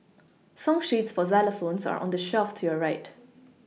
song sheets for xylophones are on the shelf to your right